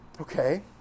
Okay